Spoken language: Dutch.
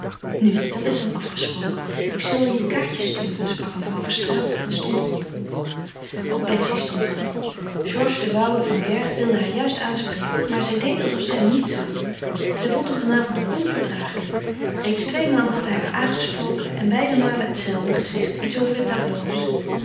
nu dat is dan afgesproken ik zal je de kaartjes sturen sprak mevrouw verstraeten en stond op ook betsy stond op georges de woude van bergh wilde haar juist aanspreken maar zij deed alsof zij hem niet zag zij vond hem van avond onverdragelijk reeds tweemaal had hij haar aangesproken en beide malen hetzelfde gezegd iets over de